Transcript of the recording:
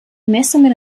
messungen